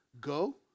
go